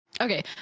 okay